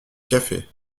café